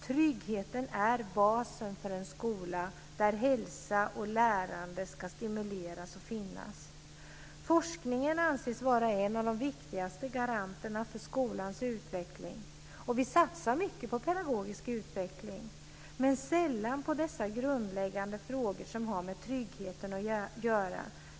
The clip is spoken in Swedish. Tryggheten är basen för en skola där hälsa och lärande ska stimuleras och finnas. Forskningen anses vara en av de viktigaste garanterna för skolans utveckling. Vi satsar mycket på pedagogisk utveckling men sällan på de grundläggande frågor som har med tryggheten att göra.